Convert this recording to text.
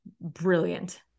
brilliant